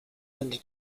into